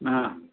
हा